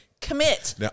Commit